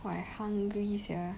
!wah! I hungry sia